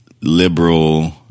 liberal